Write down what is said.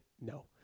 No